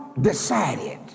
decided